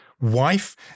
wife